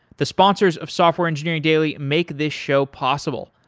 the sponsors of software engineering daily make this show possible,